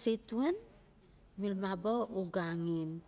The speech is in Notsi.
setuan mil maba uga axen.